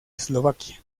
eslovaquia